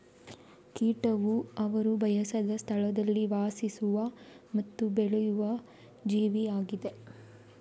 ಕೀಟವು ಅವರು ಬಯಸದ ಸ್ಥಳದಲ್ಲಿ ವಾಸಿಸುವ ಮತ್ತು ಬೆಳೆಯುವ ಜೀವಿಯಾಗಿದೆ